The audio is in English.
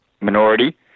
minority